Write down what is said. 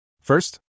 First